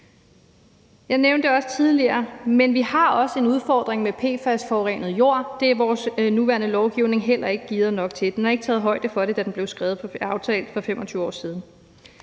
Jeg nævnte det også tidligere, men vi har også en udfordring med PFAS-forurenet jord. Det er vores nuværende lovgivning heller ikke tilstrækkelig gearet til. Der er ikke taget højde for det, da den blev aftalt for 25 år siden.